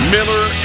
Miller